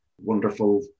wonderful